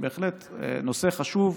זה בהחלט נושא חשוב,